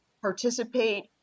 participate